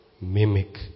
mimic